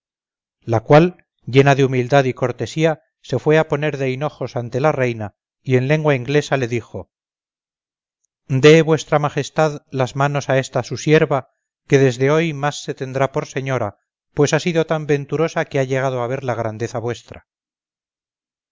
la cual llena de humildad y cortesía se fue a poner de hinojos ante la reina y en lengua inglesa le dijo dé vuestra majestad las manos a esta su sierva que desde hoy más se tendrá por señora pues ha sido tan venturosa que ha llegado a ver la grandeza vuestra